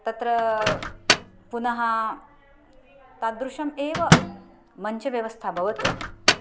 तत्र पुनः तादृशम् एव मञ्चव्यवस्था भवतु